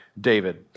David